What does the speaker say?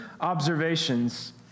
observations